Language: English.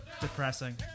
depressing